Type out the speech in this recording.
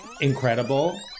incredible